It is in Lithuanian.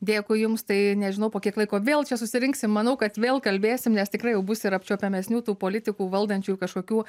dėkui jums tai nežinau po kiek laiko vėl čia susirinksim manau kad vėl kalbėsim nes tikrai jau bus ir apčiuopiamesnių tų politikų valdančiųjų kažkokių